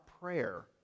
prayer